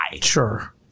sure